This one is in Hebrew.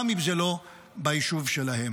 גם אם זה לא ביישוב שלהם.